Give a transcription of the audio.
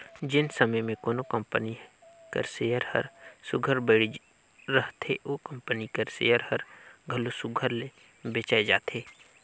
जेन समे में कोनो कंपनी कर सेयर हर सुग्घर बइढ़ रहथे ओ कंपनी कर सेयर हर घलो सुघर ले बेंचाए जाथे